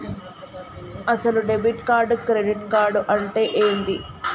అసలు debit card credit card అంటే ఏంది?